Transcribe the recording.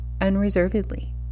Unreservedly